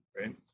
right